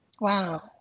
Wow